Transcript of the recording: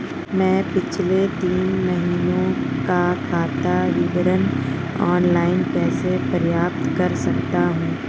मैं पिछले तीन महीनों का खाता विवरण ऑनलाइन कैसे प्राप्त कर सकता हूं?